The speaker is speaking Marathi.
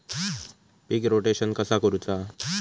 पीक रोटेशन कसा करूचा?